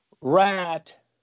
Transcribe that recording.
Rat